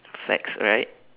flags alright